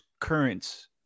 currents